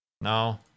No